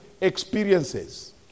experiences